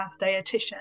Dietitian